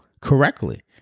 correctly